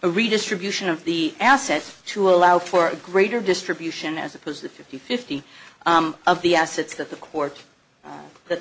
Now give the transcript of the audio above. redistribution of the assets to allow for a greater distribution as opposed to fifty fifty of the assets that the court that